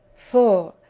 four.